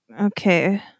Okay